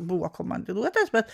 buvo komandiruotas bet